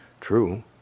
true